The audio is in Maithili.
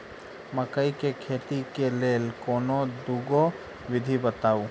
मकई केँ खेती केँ लेल कोनो दुगो विधि बताऊ?